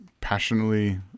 passionately